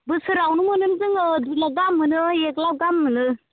बोसोरावनो मोनो जोङो दुइ लाख गाहाम मोनो एक लाख गाहाम मोनो